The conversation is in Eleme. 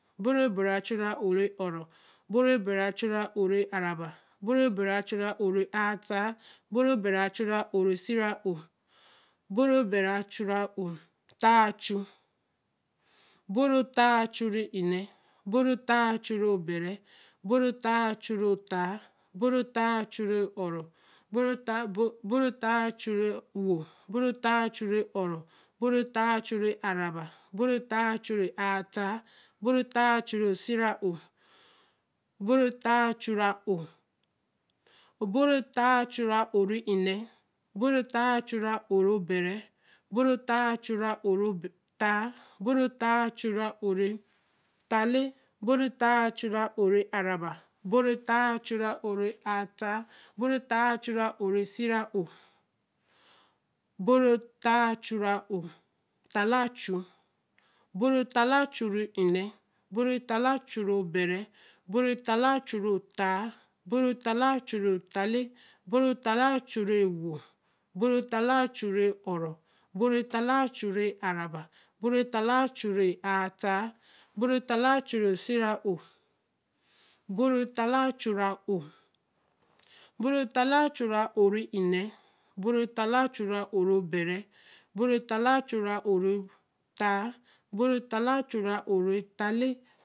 Obo ree bere a-chuu re o ro Obo ree bere a-chuu re aa haa Obo ree bere a-chuu re sie ra ō Obo ree bere a-chuu re ō haa chuu Obo ree bere a-chuu re nne Obo ree bere a-chuu re bere Obo ree bere a-chuu re haa Obo ree bere a-chuu re ō-rō obo ree haa a-chuu re e-wo obo ree haa a-chuu re ō ro obo ree haa a-chuu re aa ra ba obo ree haa a-chuu re aa haa obo ree haa a-chuu re sie ra o obo ree haa a-chuu re ō obo ree haa a-chuu re ō re nne obo ree haa a-chuu re ō ru bere obo ree haa a-chuu re ō re haa obo ree haa a-chuu re ō re haa lee obo ree haa a-chuu re ō re aa ra ba obo ree haa a-chuu re o re aa haa obo ree haa a-chuu re ō re sie ra o obo ree haa a-chuu re ō haa lee chu obo ree haa lee a-chuu re nne obo ree haa lee a-chuu re bara obo ree haa lee a-chuu re haa obo ree haa lee a-chuu re haa lee obo ree haa lee a-chuu re e-wo obo ree haa lee a-chuu re ō-ro obo ree haa lee a-chuu re aa ra ba obo ree haa lee a-chuu re aa haa obo ree haa lee a-chuu re sie ra ō obo ree haa lee a-chuu re a-o obo ree haa lee a-chuu re nne obo ree haa lee a-chuu re bere obo ree haa lee a-chuu re haa obo ree haa lee a-chuu re haa lee